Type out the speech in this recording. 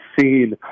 seen